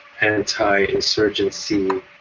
anti-insurgency